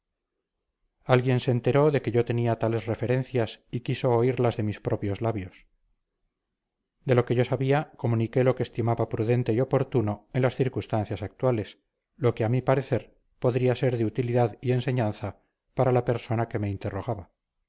alguien se enteró de que yo tenía tales referencias y quiso oírlas de mis propios labios de lo que yo sabía comuniqué lo que estimaba prudente y oportuno en las circunstancias actuales lo que a mi parecer podría ser de utilidad y enseñanza para la persona que me interrogaba